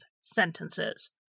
sentences